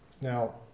Now